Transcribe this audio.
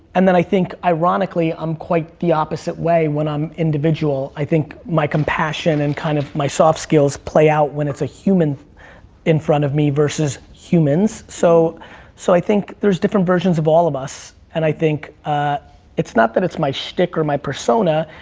and then i think, ironically, i'm quite the opposite way when i'm individual. i think my compassion and kind of my soft skills play out when it's a human in front of me, versus humans. so so i think there's different versions of all of us, and i think ah it's not that it's my shtick or my persona,